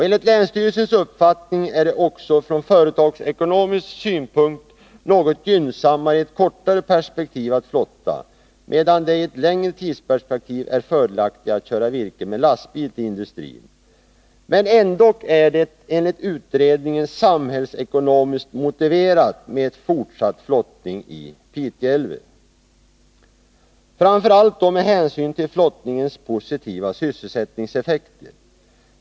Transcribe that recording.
Enligt länsstyrelsens uppfattning är det också ur företagsekonomisk synpunkt något gynnsammare i ett kortare perspektiv att flotta, medan det i ett längre tidsperspektiv är fördelaktigare att köra virket med lastbil till industrin. Men ändock är det enligt utredningen samhällsekonomiskt motiverat med fortsatt flottning i Pite älv, framför allt med hänsyn till flottningens positiva sysselsättningseffekter.